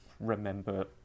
remember